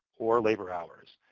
or labor hours.